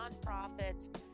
nonprofits